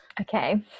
Okay